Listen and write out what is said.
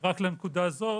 רק לנקודה הזאת